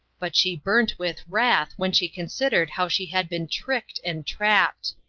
but she burnt with wrath when she considered how she had been tricked and trapped.